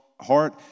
heart